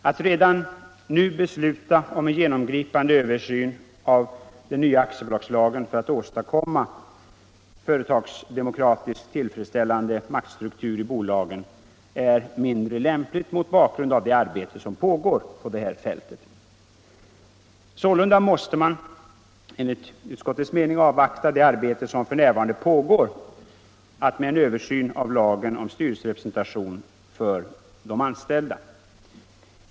Att redan nu besluta om en genomgripande översyn av den nya aktiebolagslagen för att åstadkomma företagsdemokratiskt tillfredsställande maktstrukturer i bolagen är mindre lämpligt mot bakgrund av det arbete som pågår på detta område. Sålunda måste man enligt utskottets mening avvakta det arbete som f.n. pågår med en översyn av lagen om styrelserepresentation för de anställda.